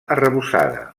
arrebossada